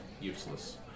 Useless